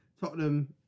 Tottenham